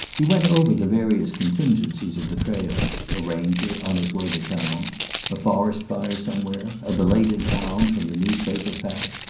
he went over the various contingencies of the trail a ranger, on his way to town a forest fire somewhere a belated hound from the newspaper pack.